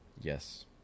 yes